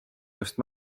just